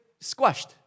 squashed